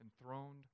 enthroned